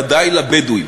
ודאי לבדואים,